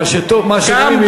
מה שרואים מפה לא רואים משם.